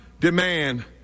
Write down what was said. demand